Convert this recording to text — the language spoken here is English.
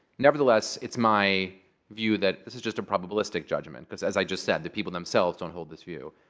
nevertheless, it's my view that this is just a probabilistic judgment. because as i just said, the people themselves don't hold this view.